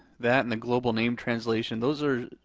that and the global name translation, those are,